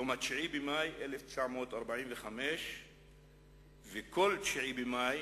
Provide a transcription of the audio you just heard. יום ה-9 במאי 1945 וכל 9 במאי